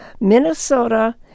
Minnesota